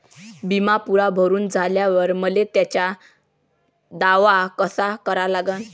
बिमा पुरा भरून झाल्यावर मले त्याचा दावा कसा करा लागन?